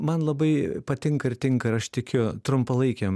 man labai patinka ir tinka ir aš tikiu trumpalaikėm